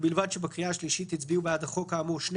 ובלבד שבקריאה השלישית הצביעו בעד החוק האמור שני